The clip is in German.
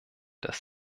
dass